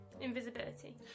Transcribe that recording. Invisibility